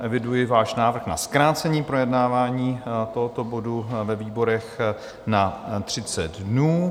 Eviduji váš návrh na zkrácení projednávání tohoto bodu ve výborech na 30 dnů.